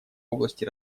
области